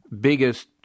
biggest